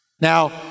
Now